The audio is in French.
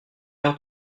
heure